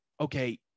okay